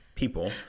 people